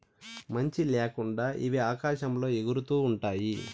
మంచి ల్యాకుండా ఇవి ఆకాశంలో ఎగురుతూ ఉంటాయి